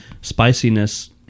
spiciness